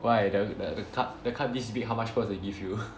why the the the cup this big how much pearls they give you